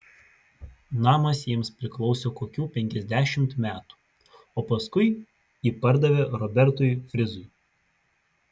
namas jiems priklausė kokių penkiasdešimt metų o paskui jį pardavė robertui frizui